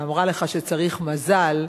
שאמרה לך שצריך מזל,